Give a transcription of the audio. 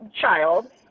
child